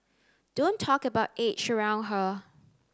don't talk about age around her